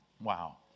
wow